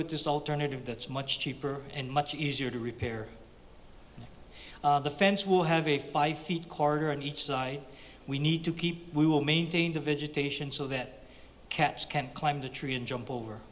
with this alternative that's much cheaper and much easier to repair the fence will have a five feet corridor in each side we need to keep we will maintain the vegetation so that cats can climb to tree and jump over